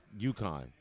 UConn